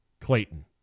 clayton